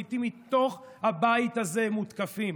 לעיתים מתוך הבית הזה מותקפים,